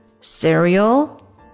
Cereal